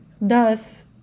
thus